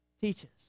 teaches